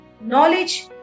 knowledge